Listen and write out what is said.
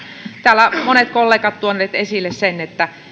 täällä ovat monet kollegat tuoneet esille sen että